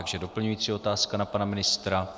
Takže doplňující otázka na pana ministra.